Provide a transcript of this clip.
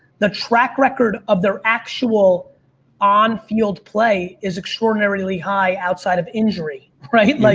the track record of their actual on field play is extraordinarily high outside of injury, right? like